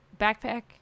backpack